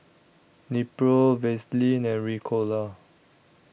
Nepro Vaselin and Ricola